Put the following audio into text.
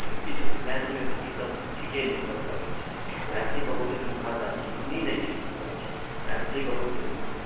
किछु मैथिलीमे ईसब ठीके नहि गप लगै छै मैथिली बहुत नीक भाषा छै हिन्दी नहि ठीक गप छै मैथिली बहुत नीक भाषा छै